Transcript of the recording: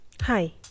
Hi